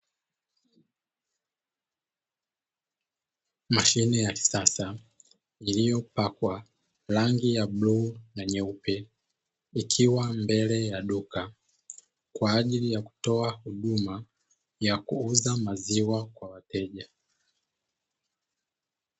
Mashine ya kisasa iliyopakwa rangi ya bluu na nyeupe ikiwa mbele, ya duka kwa ajili ya kutoa huduma ya kuuza maziwa kwa wateja.